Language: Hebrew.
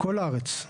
היא תהיה לכל הארץ.